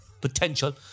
Potential